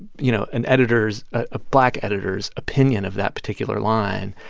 you know, an editor's a black editor's opinion of that particular line,